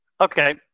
Okay